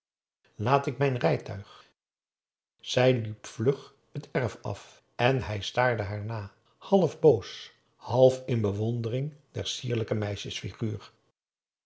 laat ik mijn rijtuig zij liep vlug het erf af en hij staarde haar na half boos half in bewondering der sierlijke